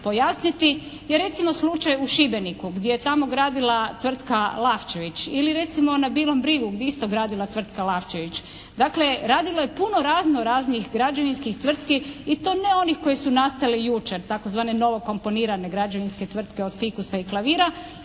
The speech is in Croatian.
pojasniti je recimo slučaj u Šibeniku gdje je tamo gradila tvrtka "Lavčević", ili na Bilom Brigu gdje je isto gradila tvrtka "Lavčević". Dakle, radilo je puno razno raznih građevinskih tvrtki i to ne onih koje su nastale jučer, tzv. novokomponirane građevinske tvrtke od fikusa ili klavira